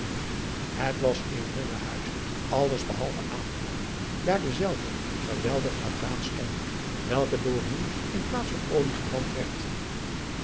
het was in hunne huizen alles behalve aangenaam daar dezelve geweldig naar traan stonken welke door hun in plaats van olie gebrand werd